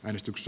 äänestykses